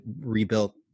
rebuilt